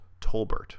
Tolbert